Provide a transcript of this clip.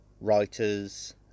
writers